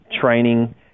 Training